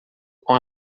com